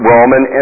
Roman